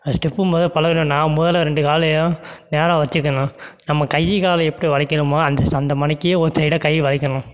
அந்த ஸ்டெப்பு முதல்ல பழகுறேன் நான் முதல்ல ரெண்டு காலையும் நேராக வைச்சுக்கணும் நம்ம கை காலை எப்படி வளைக்கிறமோ அந்த அந்த மாரிக்கே கையை ஒரு சைடாக கையை வளைக்கணும்